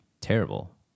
terrible